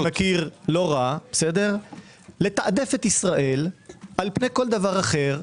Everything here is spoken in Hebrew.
אני מכיר לא רע לתעדף את ישראל על פני כל דבר אחר,